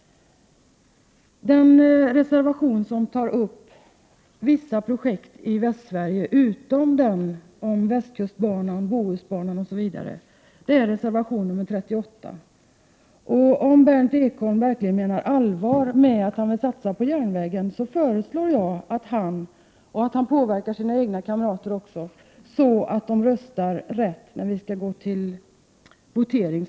Den reservation som tar upp vissa projekt i Västsverige — utom den om västkustbanan, Bohusbanan osv. — är reservation nr 38. Om Berndt Ekholm verkligen menar allvar med att han vill satsa på järnvägen, föreslår jag att han röstar rätt när det blir votering så småningom och att han också påverkar sina egna kamrater i samma riktning.